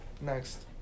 Next